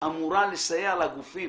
ואמורה לסייע לגופים